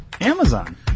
Amazon